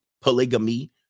polygamy